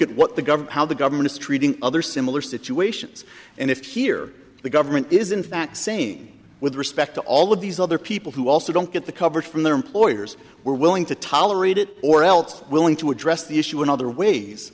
at what the government how the government is treating other similar situations and if here the government is in fact same with respect to all of these other people who also don't get the coverage from their employers were willing to tolerate it or else willing to address the issue in other ways